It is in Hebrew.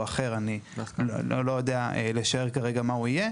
ואני לא יודע לשער כרגע מה הוא יהיה